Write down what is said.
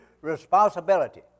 responsibility